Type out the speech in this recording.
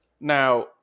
Now